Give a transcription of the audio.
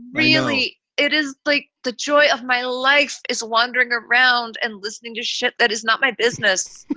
really? it is like the joy of my life is wandering around and listening to shit that is not my business.